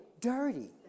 dirty